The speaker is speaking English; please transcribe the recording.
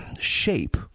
shape